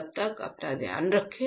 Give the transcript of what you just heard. तब तक आप ध्यान रखें